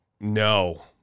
No